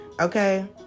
okay